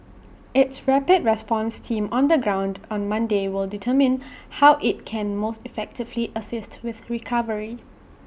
its rapid response team on the ground on Monday will determine how IT can most effectively assist with recovery